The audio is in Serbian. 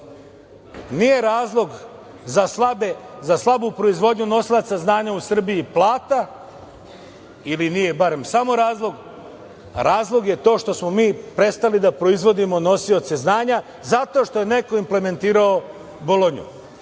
nije razlog za slabu proizvodnju nosilaca znanja u Srbiji, plata ili nije barem samo razlog, razlog je to što smo mi prestali da proizvodimo nosioce znanja, jer je neko implementirao Bolonju. Još